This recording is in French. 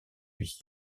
lui